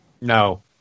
no